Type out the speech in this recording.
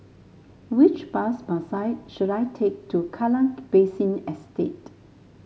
which bus bus I should I take to Kallang Basin Estate